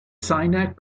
seiner